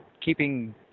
keeping